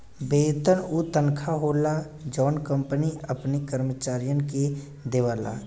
वेतन उ तनखा होला जौन कंपनी अपने कर्मचारियन के देवला